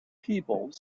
people